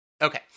Okay